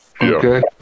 okay